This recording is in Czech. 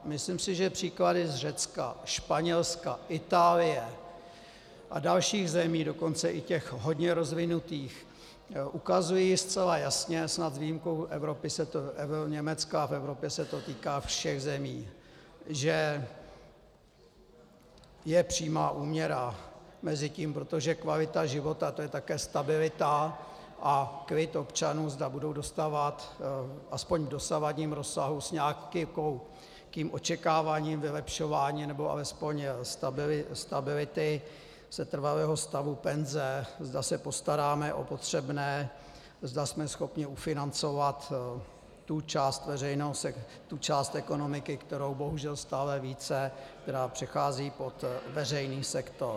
Myslím si, že příklady z Řecka, Španělska, Itálie a dalších zemí, dokonce i těch hodně rozvinutých, ukazují zcela jasně, snad s výjimkou Německa se to v Evropě týká všech zemí, že je přímá úměra mezi tím, protože kvalita života, to je také stabilita a klid občanů, zda budou dostávat aspoň v dosavadním rozsahu s nějakým očekáváním, vylepšováním nebo alespoň stability setrvalého stavu penze, zda se postaráme o potřebné, zda jsme schopni ufinancovat tu část ekonomiky, kterou bohužel stále více, která přechází pod veřejný sektor.